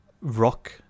rock